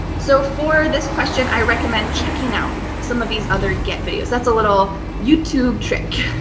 so for this question, i recommend checking out some of these other get videos. that's a little youtube trick.